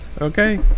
okay